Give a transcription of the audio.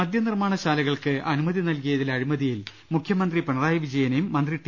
മദ്യനിർമാണശാലകൾക്ക് അനുമതി നൽകിയതിലെ അഴിമതിയിൽ മുഖ്യമന്ത്രി പിണറായി വിജയനെതിരെയും മന്ത്രി ടി